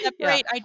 Great